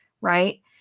Right